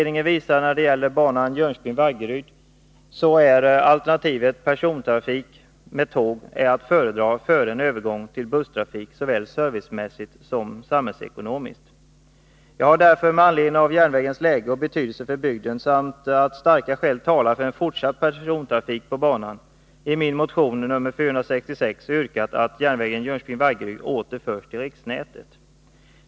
När det gäller banan Jönköping-Vaggeryd visar utredningen att alternativet persontrafik med tåg är att föredra framför en övergång till busstrafik, såväl servicemässigt som samhällsekonomiskt. Jag har med anledning av järnvägens läge och betydelse för bygden samt på grund av att starka skäl talar för en fortsatt persontrafik på banan i min motion nr 466 yrkat att järnvägen Jönköping-Vaggeryd åter förs till riksnätet.